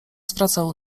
zwracał